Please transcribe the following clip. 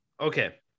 Okay